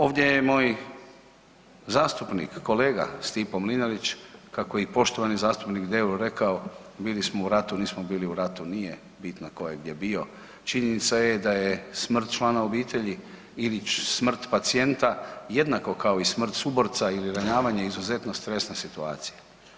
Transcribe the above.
Ovdje je moj zastupnik kolega Stipo Mlinarić kako je i poštovani zastupnik Deur rekao bili smo u ratu, nismo bili u ratu, nije bitno ko je gdje bio, činjenica je da je smrt člana obitelji ili smrt pacijenta jednako kao i smrt suborca ili ranjavanje izuzetno stresna situacija.